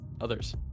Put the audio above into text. others